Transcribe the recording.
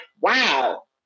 wow